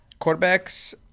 quarterbacks